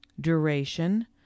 duration